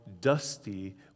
dusty